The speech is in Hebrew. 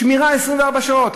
שמירה 24 שעות.